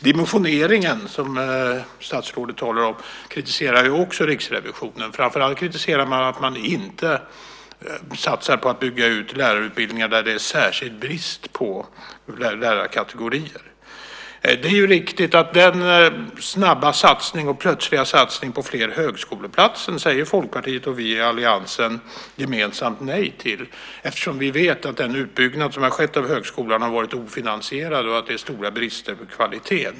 Riksrevisionen kritiserar även dimensioneringen, som statsrådet talar om. Framför allt kritiserar man att det inte satsas på att bygga ut lärarutbildningar där det är särskild brist på vissa lärarkategorier. Det är riktigt att vi i Folkpartiet och övriga partier i alliansen gemensamt säger nej till den plötsliga satsningen på fler högskoleplatser eftersom vi vet att den utbyggnad som har skett av högskolan har varit ofinansierad och att det är stora brister i fråga om kvaliteten.